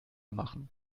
machen